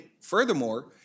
furthermore